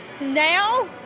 Now